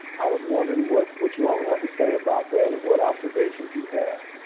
i was wondering what what you all would have to say about that and what observations you have?